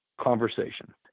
conversation